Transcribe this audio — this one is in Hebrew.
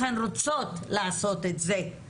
הן רוצות לעשות את זה.